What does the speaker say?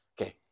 Okay